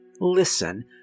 listen